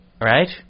Right